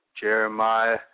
Jeremiah